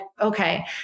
okay